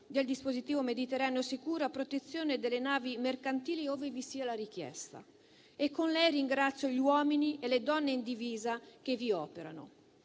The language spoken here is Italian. del dispositivo Mediterraneo sicuro a protezione delle navi mercantili ove vi sia la richiesta e con lei ringrazio gli uomini e le donne in divisa che vi operano.